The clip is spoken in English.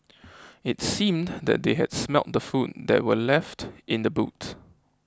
it seemed that they had smelt the food that were left in the boot